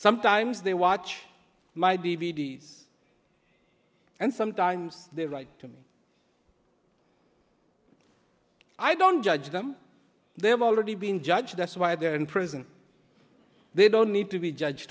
sometimes they watch my d v d s and sometimes they write to me i don't judge them they have already been judged that's why they're in prison they don't need to be judged